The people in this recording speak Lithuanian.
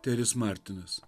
teris martinas